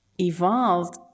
evolved